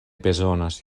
bezonas